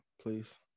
please